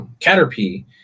caterpie